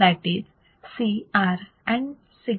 e C R and signal